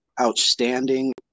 outstanding –